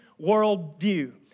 worldview